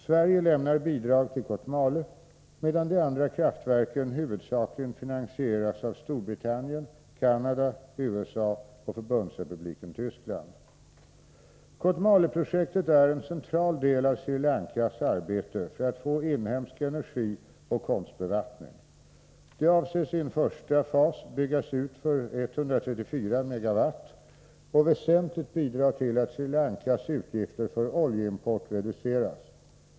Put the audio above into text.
Sverige lämnar bidrag till Kotmale, medan de andra kraftverken huvudsakligen finansieras av Storbritannien, Canada, USA och Förbundsrepubliken Tyskland. Kotmale-projektet är en central del av Sri Lankas arbete för att få inhemsk energi och konstbevattning. Det avses i en första fas byggas för 134 MW och väsentligt bidra till att Sri Lankas utgifter för oljeimport reduceras.